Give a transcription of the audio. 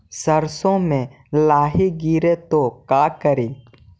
सरसो मे लाहि गिरे तो का करि?